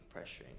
pressuring